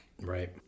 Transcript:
Right